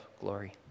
glory